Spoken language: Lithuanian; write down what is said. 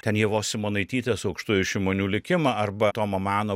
ten ievos simonaitytės aukštųjų šimonių likimą arba tomo mano